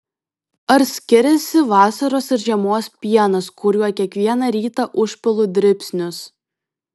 ar skiriasi vasaros ir žiemos pienas kuriuo kiekvieną rytą užpilu dribsnius